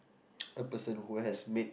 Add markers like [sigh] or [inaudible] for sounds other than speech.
[noise] a person who has made